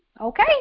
Okay